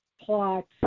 plots